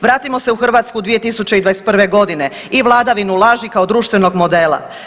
Vratimo se u Hrvatsku 2021.godine i vladavinu laži kao društvenog modela.